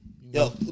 Yo